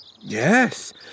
Yes